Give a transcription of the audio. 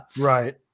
Right